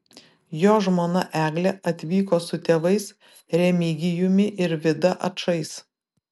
jo žmona eglė atvyko su tėvais remigijumi ir vida ačais